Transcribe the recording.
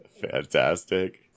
fantastic